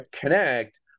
connect